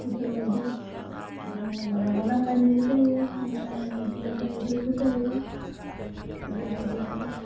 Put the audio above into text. बेफोरबायदि मालाबा नांलायनायबो जायो नांलायनाय बुलायनाय बिफोरबो जायो बिफोरबायदि आरो